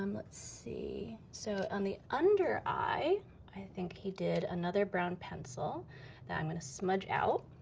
um let's see. so on the under-eye, i i think he did another brown pencil that i'm gonna smudge out.